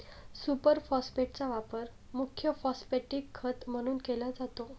super फॉस्फेटचा वापर मुख्य फॉस्फॅटिक खत म्हणून केला जातो